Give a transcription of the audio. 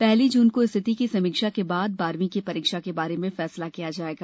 पहली जून को स्थिति की समीक्षा के बाद बारहवीं की परीक्षा के बारे में फैसला किया जायेगा